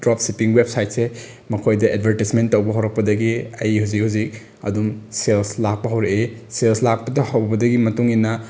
drop shipping ꯋꯦꯞꯁꯥꯏꯠꯁꯦ ꯃꯈꯣꯏꯗ advertisement ꯇꯧꯕ ꯍꯧꯔꯛꯄꯗꯒꯤ ꯑꯩ ꯍꯧꯖꯤꯛ ꯍꯧꯖꯤꯛ ꯑꯗꯨꯝ ꯁꯦꯜꯁ ꯂꯥꯛꯄ ꯍꯧꯔꯛꯏ ꯁꯦꯜꯁ ꯂꯥꯛꯄ ꯍꯧꯕꯗꯒꯤ ꯃꯇꯨꯡꯏꯟꯅ